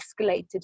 escalated